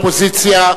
תודה לראש האופוזיציה.